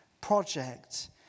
project